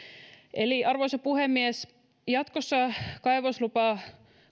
eli arvoisa puhemies jatkossa kaivoslupaa